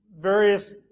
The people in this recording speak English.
various